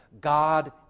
God